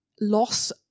loss